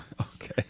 Okay